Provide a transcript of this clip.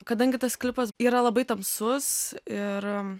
kadangi tas klipas yra labai tamsus ir